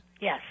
Yes